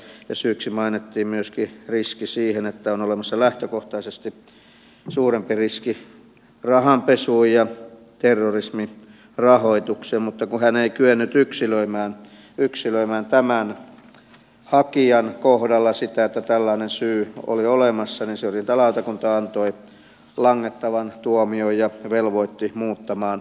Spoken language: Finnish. ja syyksi mainittiin myöskin riski siihen että on olemassa lähtökohtaisesti suurempi riski rahanpesuun ja terrorismirahoitukseen mutta kun hän ei kyennyt yksilöimään tämän hakijan kohdalla sitä että tällainen syy oli olemassa niin syrjintälautakunta antoi langettavan tuomion ja velvoitti muuttamaan ohjeen